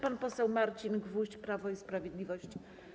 Pan poseł Marcin Gwóźdź, Prawo i Sprawiedliwość.